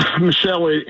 Michelle